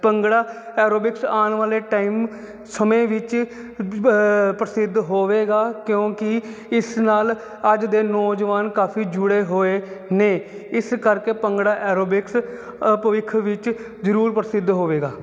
bhangra aerobics ਆਉਣ ਵਾਲੇ time ਸਮੇਂ ਵਿੱਚ ਪ੍ਰਸਿੱਧ ਹੋਵੇਗਾ ਕਿਉਂਕਿ ਇਸ ਨਾਲ ਅੱਜ ਦੇ ਨੌਜਵਾਨ ਕਾਫੀ ਜੁੜੇ ਹੋਏ ਨੇ ਇਸ ਕਰਕੇ ਭੰਗੜਾ ਐਰੋਬਿਕਸ ਭਵਿੱਖ ਵਿੱਚ ਜ਼ਰੂਰ ਪ੍ਰਸਿੱਧ ਹੋਵੇਗਾ